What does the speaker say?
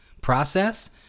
process